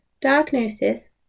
diagnosis